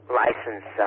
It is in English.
license